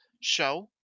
show